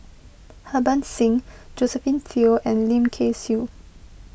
Harbans Singh Josephine Teo and Lim Kay Siu